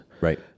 right